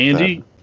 Andy